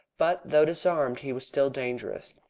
but, though disarmed, he was still dangerous.